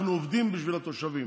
אנחנו עובדים בשביל התושבים.